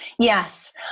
Yes